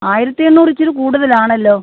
ആയിരത്തി എണ്ണൂറ് ഇച്ചിരി കൂടുതലാണല്ലോ